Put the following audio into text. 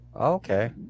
Okay